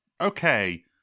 Okay